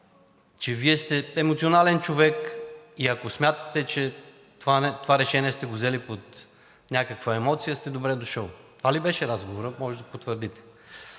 че Вие сте емоционален човек и ако смятате, че това решение сте го взели под някаква емоция, сте добре дошъл. Това ли беше разговорът?! Можете да потвърдите.